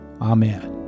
Amen